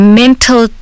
mental